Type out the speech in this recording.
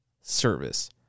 service